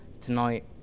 Tonight